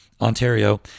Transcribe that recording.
Ontario